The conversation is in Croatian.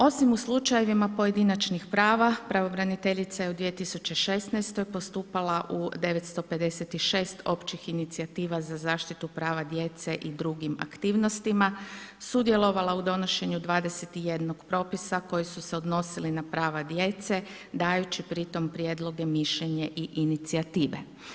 Osim u slučajevima pojedinačnih prava, pravobraniteljica je u 2016. postupala u 956 općih inicijativa za zaštitu prava djece i drugim aktivnostima, sudjelovala u donošenju 21 propisa, koji su se odnosila na prava djece, dajući pritom, prijedloge, mišljenje i inicijative.